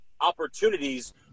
opportunities